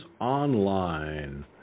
Online